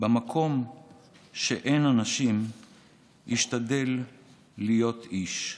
"ובמקום שאין אנשים השתדל להיות איש".